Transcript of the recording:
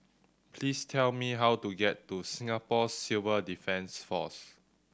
please tell me how to get to Singapore Civil Defence Force